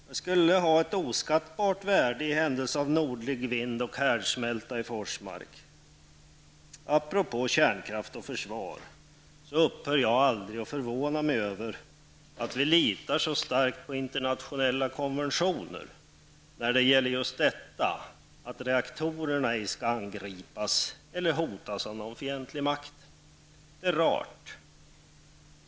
Den skulle ha ett oskattbart värde i händelse av nordlig vind och härdsmälta i Forsmark. Apropå kärnkraft och försvar upphör jag aldrig att förvånas över att vi litar så starkt på internationella konventioner när det gäller just detta att reaktorerna inte skall angripas eller hotas av någon fientlig makt. Det är rart.